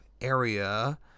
area